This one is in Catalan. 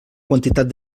quantitat